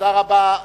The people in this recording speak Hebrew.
תודה רבה.